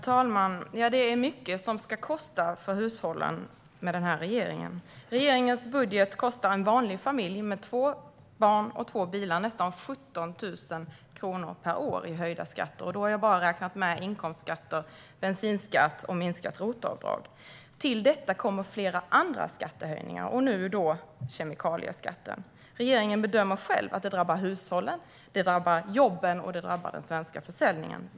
Herr talman! Det är mycket som ska kosta för hushållen med den här regeringen. Regeringens budget kostar en vanlig familj med två barn och två bilar nästan 17 000 kronor per år i höjda skatter, och då har jag bara räknat med inkomstskatter, bensinskatt och minskat ROT-avdrag. Till detta kommer flera andra skattehöjningar, och nu alltså kemikalieskatten. Regeringen bedömer själv att det drabbar hushållen, jobben och den svenska försäljningen.